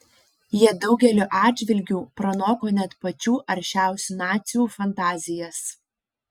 jie daugeliu atžvilgių pranoko net pačių aršiausių nacių fantazijas